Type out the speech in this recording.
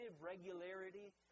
regularity